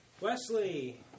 Wesley